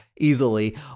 easily